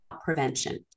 prevention